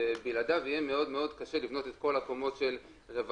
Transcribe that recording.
שבלעדיו יהיה מאוד קשה לבנות את כל הקומות של רווחה,